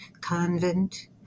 Convent